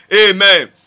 Amen